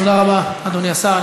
תודה רבה, אדוני השר.